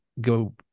go